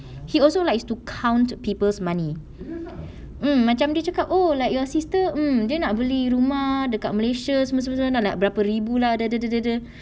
he also likes to count people's money mm macam dia cakap oh like your sister mm dia nak beli rumah dekat malaysia semua semua semua like berapa ribu lah